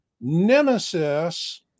Nemesis